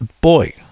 boy